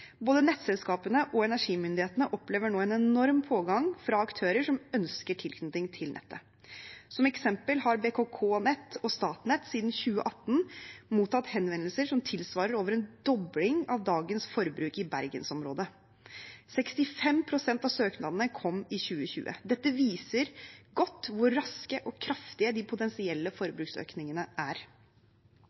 Både nettselskapene og energimyndighetene opplever nå en enorm pågang fra aktører som ønsker tilknytning til nettet. Som eksempel har BKK Nett og Statnett siden 2018 mottatt henvendelser som tilsvarer over en dobling av dagens forbruk i Bergensområdet. 65 pst. av søknadene kom i 2020. Dette viser godt hvor raske og kraftige de potensielle forbruksøkningene er.